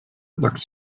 looked